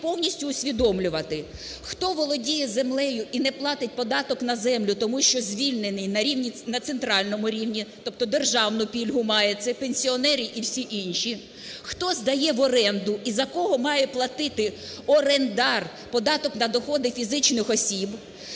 повністю усвідомлювати, хто володіє землею і не платить податок на землю, тому що звільнений на рівні… на центральному рівні, тобто державну пільгу має, це – пенсіонери і всі інші; хто здає в оренду і за кого має платити орендар податок на доходи фізичних осіб,